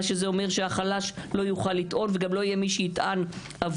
מה שזה אומר שהחלש לא יוכל לטעון וגם לא יהיה מי שיטען עבורו,